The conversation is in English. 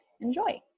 enjoy